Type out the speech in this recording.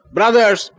brothers